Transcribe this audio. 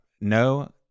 No